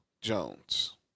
Jones